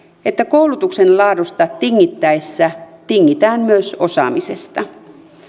että koulutuksen laadusta tingittäessä tingitään myös osaamisesta